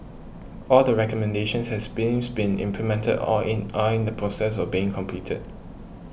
all the recommendations has been implemented or in are in the process of being completed